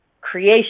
creation